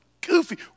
goofy